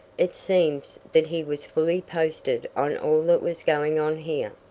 it seems that he was fully posted on all that was going on here.